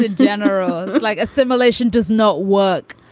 ah general would like assimilation does not work.